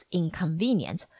inconvenient